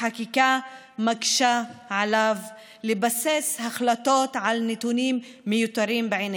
החקיקה מקשה עליו לבסס החלטות על נתונים מיותרים בעיניו.